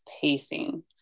pacing